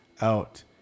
out